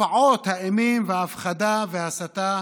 הופעות האימים וההפחדה וההסתה